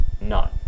none